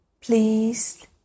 Please